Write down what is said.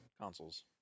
consoles